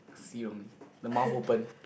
see wrongly the mouth open